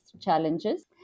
challenges